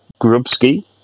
Grubski